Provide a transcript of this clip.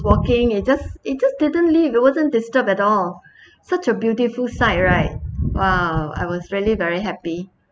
walking it just it just didn't leave it wasn't disturb at all such a beautiful sight right !wow! I was really very happy